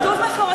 זה כתוב מפורשות.